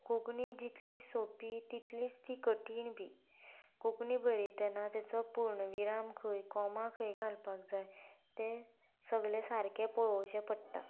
कोंकणी जितली सोंपी तितलीच ती कठीण बी कोंकणी बरयतना ताचो पूर्णविराम खंय कॉमा खंय घालपाक जाय तें सगलें सारकें पळोवचें पडटा